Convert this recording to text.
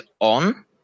on